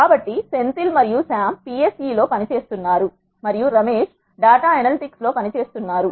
కాబట్టి సెంథిల్ మరియు Sam PSE లో పని చేస్తున్నారు మరియు రమేశ్ డాటా ఎనలిటిక్స్ లో పని చేస్తున్నారు